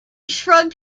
shrugged